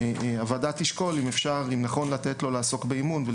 הוועדה תשקול האם נכון לתת לו לעסוק באימון.